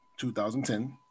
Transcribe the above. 2010